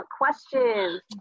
questions